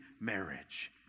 marriage